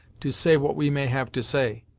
to say what we may have to say.